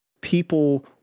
people